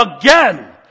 again